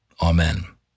Amen